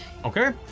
Okay